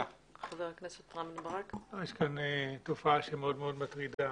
יש כאן תופעה מאוד מטרידה,